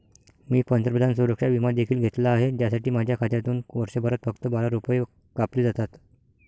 मी पंतप्रधान सुरक्षा विमा देखील घेतला आहे, ज्यासाठी माझ्या खात्यातून वर्षभरात फक्त बारा रुपये कापले जातात